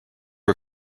are